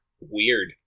weird